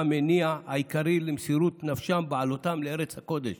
המניע העיקרי למסירות נפשם בעלותם לארץ הקודש.